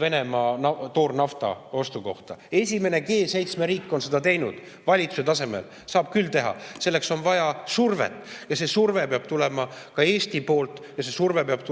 Venemaa toornafta ostu kohta. Esimene G7 riik on seda teinud valitsuse tasemel. Nii et saab küll teha! Selleks on vaja survet ja see surve peab tulema ka Eesti poolt ja see surve peab tulema